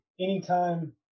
Anytime